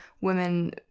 women